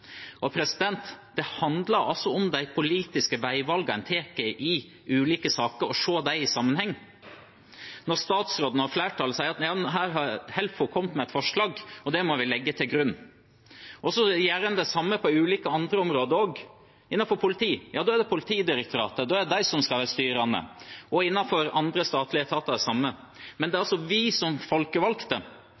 desentralisert struktur. Det handler om de politiske veivalgene man tar i ulike saker, og å se dem i sammenheng. Her sier statsråden og flertallet at Helfo har kommet med et forslag, og det må vi legge til grunn. Man gjør det samme på ulike andre områder også. Når det gjelder politiet, er det Politidirektoratet som skal være styrende, og innenfor andre statlige etater gjelder det samme. Men det er vi som folkevalgte